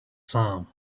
some